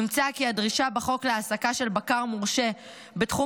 נמצא כי הדרישה בחוק להעסקה של בקר מורשה בתחום